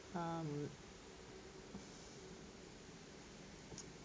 um